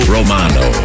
Romano